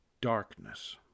darkness